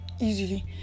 easily